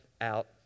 out